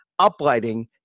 uplighting